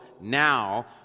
now